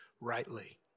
rightly